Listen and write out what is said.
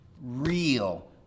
real